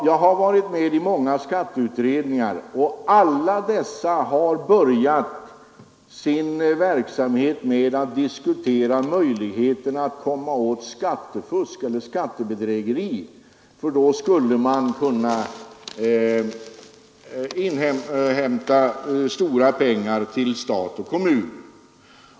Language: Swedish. Jag har varit med i många skatteutredningar, och alla dessa har börjat sin verksamhet med att diskutera möjligheterna att komma åt skattebedrägeri, för då skulle man kunna hämta in stora pengar till stat och kommun.